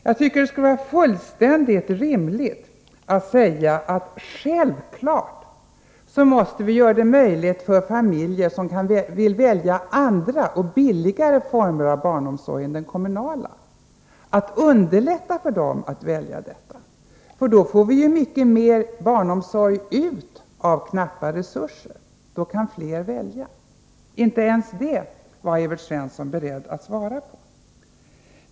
Jag tycker det skulle vara fullständigt rimligt att säga att vi självfallet måste underlätta för familjer som vill välja andra och billigare former av barnomsorg än den kommunala att göra detta. Då får vi ju ut mycket mera barnomsorg av knappa resurser! Då kan flera välja. Inte ens det var Evert Svensson beredd att svara på.